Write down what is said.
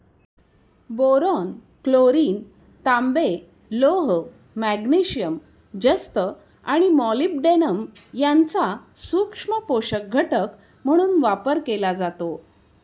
boron, chlorine, तांबे, लोह, magnesium, जस्त आणि मॉलिब्डेनम यांचा सूक्ष्म पोषक घटक म्हणून वापर केला जातो